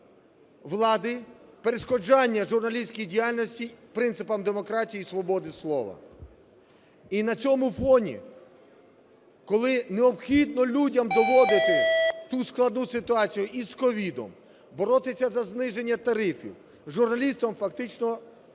влади перешкоджання журналістській діяльності, принципам демократії і свободи слова. І на цьому фоні, коли необхідно людям доводити ту складну ситуацію із COVID, боротися за зниження тарифів, журналістам фактично